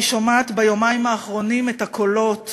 אני שומעת ביומיים האחרונים את הקולות